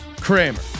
Kramer